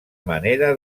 manera